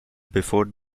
before